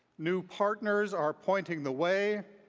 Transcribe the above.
new partners are pointing the way.